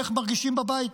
איך מרגישים בבית?